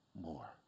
more